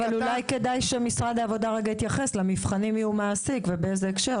אולי כדאי שמשרד העבודה יתייחס למבחנים; את מי הוא מעסיק ובאיזה הקשר,